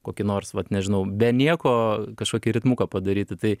kokį nors vat nežinau be nieko kažkokį ritmuką padaryti tai